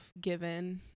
given